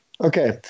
Okay